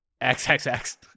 XXX